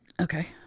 Okay